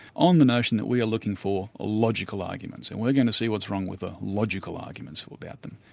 on the notion that we are looking for ah logical arguments and we're going to see what's wrong with the ah logical arguments about them.